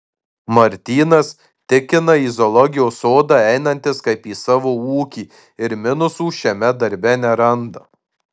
martynas tikina į zoologijos sodą einantis kaip į savo ūkį ir minusų šiame darbe neranda